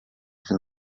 from